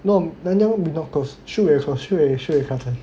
no Nanyang we not close Shu Wei very close Shu Wei